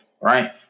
Right